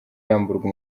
yamburwa